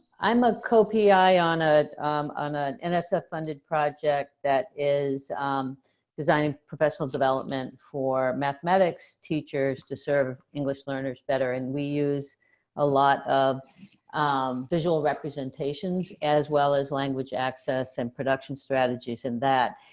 i'm a co-pi on ah on ah and that's a funded project that is designed professional development for mathematics teachers to serve english learners better, and we use a lot of visual representations as well as language access and production strategies in that.